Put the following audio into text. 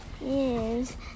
yes